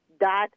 dot